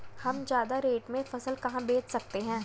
हम ज्यादा रेट में फसल कहाँ बेच सकते हैं?